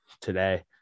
today